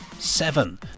Seven